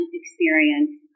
experience